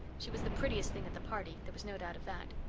she was the prettiest thing at the party, there was no doubt of that.